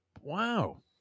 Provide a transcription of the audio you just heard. Wow